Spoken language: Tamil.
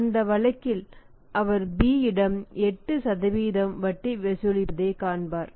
அந்த வழக்கில் அவர் B இடம் 8 வட்டி வசூலிப்பதைக் காண்பார்